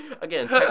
Again